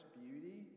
beauty